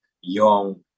young